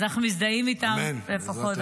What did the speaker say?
אז אנחנו מזדהים איתם לפחות.